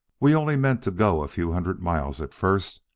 we only meant to go a few hundred miles at first,